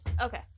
Okay